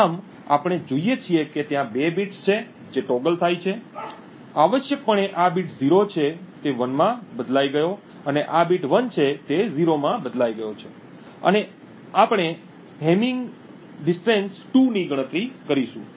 આમ આપણે જોઈએ છીએ કે ત્યાં બે બિટ્સ છે જે ટgગલ થાય છે આવશ્યકપણે આ બીટ 0 છે 1 માં બદલાઈ ગયો અને આ બીટ જે 1 છે તે 0 માં બદલાઈ ગઈ છે અને અમે હેમિંગ અંતર 2 ની ગણતરી કરીશું